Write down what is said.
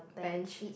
bench